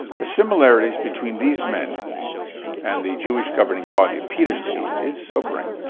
the similarities between these men and the jewish governing body of peter's day is sobering.